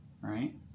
right